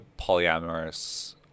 polyamorous